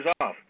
off